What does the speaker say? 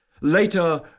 Later